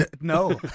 No